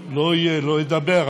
לא ידבר,